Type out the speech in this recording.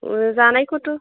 जानायखौथ'